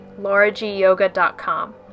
lauragyoga.com